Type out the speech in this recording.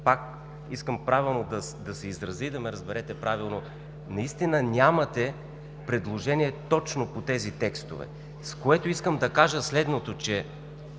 искам правилно да се изразя и да ме разберете. Вие наистина нямате предложение точно по тези текстове. С това искам да кажа следното.